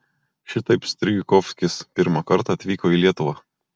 šitaip strijkovskis pirmą kartą atvyko į lietuvą